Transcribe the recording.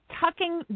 tucking